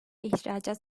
ihracat